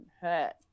hurt